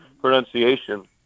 pronunciation